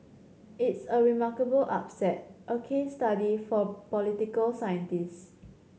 it's a remarkable upset a case study for political scientists